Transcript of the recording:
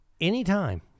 Anytime